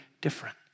different